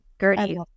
gertie